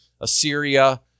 Assyria